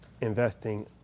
investing